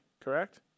correct